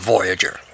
Voyager